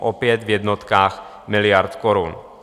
opět v jednotkách miliard korun.